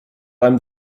einem